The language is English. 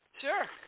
sure